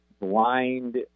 blind